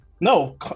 No